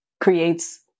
creates